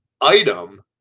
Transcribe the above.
item